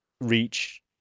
reach